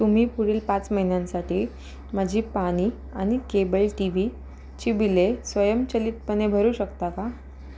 तुम्ही पुढील पाच महिन्यांसाठी माझी पाणी आणि केबल टी व्हीची बिले स्वयंचलितपणे भरू शकता का